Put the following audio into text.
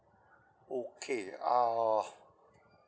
okay uh